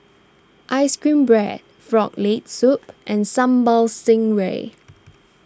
Ice Cream Bread Frog Leg Soup and Sambal Stingray